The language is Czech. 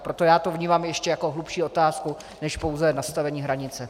Proto já to vnímám ještě jako hlubší otázku než pouze nastavení hranice.